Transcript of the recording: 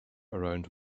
around